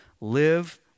Live